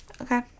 Okay